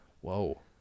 whoa